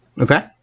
Okay